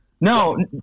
No